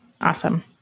Awesome